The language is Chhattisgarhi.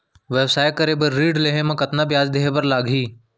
व्यवसाय करे बर ऋण लेहे म कतना ब्याज देहे बर लागही?